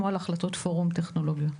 כמו למשל על החלטות פורום טכנולוגיה.